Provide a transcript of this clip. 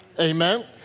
Amen